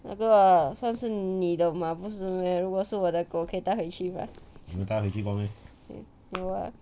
那个算是你的吗不是 meh 如果是我的狗可以带回去 right 没有 ah